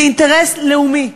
זה אינטרס לאומי,